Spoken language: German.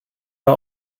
war